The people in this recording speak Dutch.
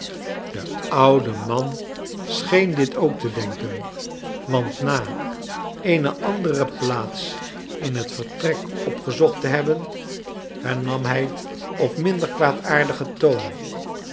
de oude man scheen dit ook te denken want na eene andere plaats in het vertrek opgezocht te hebben hernam hij op minder kwaadaardigen toon